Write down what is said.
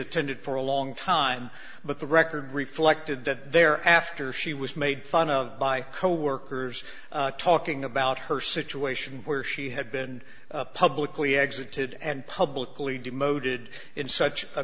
attended for a long time but the record reflected that there after she was made fun of by coworkers talking about her situation where she had been publicly exited and publicly demoted in such a